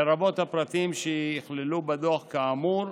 לרבות הפרטים שייכללו בדוח כאמור,